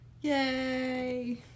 Yay